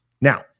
Now